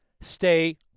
stay